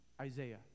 Isaiah